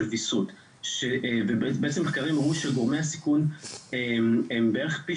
של וויסות שבעצם מחקרים הראו שגורמי הסיכון הם בערך פי